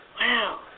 Wow